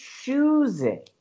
choosing